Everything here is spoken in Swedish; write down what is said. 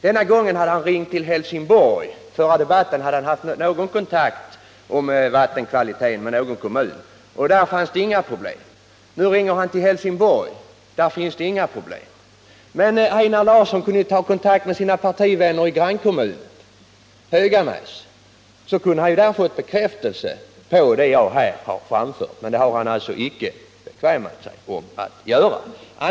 Före förra debatten hade han haft kontakt med någon kommun om vattenkvaliteten, och där fanns inga problem. Nu har han ringt till Helsingborg, och inte heller där finns några problem, enligt Einar Larsson. Men Einar Larsson kunde ta kontakt med sina partivänner i grannkommunen, Höganäs, så kunde han få bekräftelse på vad jag här har framfört. Men det har han alltså inte brytt sig om att göra.